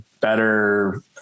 better